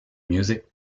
music